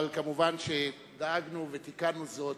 אבל מובן שדאגנו ותיקנו זאת,